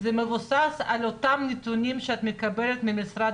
זה מבוסס על אותם נתונים שאת מקבלת ממשרד